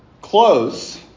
close